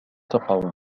تقع